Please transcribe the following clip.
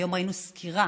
היום ראינו סקירה